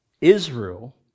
israel